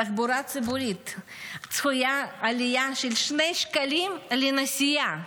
בתחבורה הציבורית צפויה עלייה של 2 שקלים לנסיעה.